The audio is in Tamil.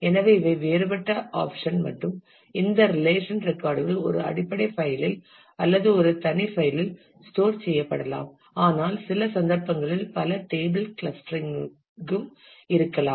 எனவே இவை வேறுபட்ட ஆப்சன் மற்றும் இந்த ரிலேஷன் ரெக்கார்ட்கள் ஒரு அடிப்படை பைல் இல் அல்லது ஒரு தனி பைல் இல் ஸ்டோர் செய்யப்படலாம் ஆனால் சில சந்தர்ப்பங்களில் பல டேபிள் கிளஸ்டரிங்கும் இருக்கலாம்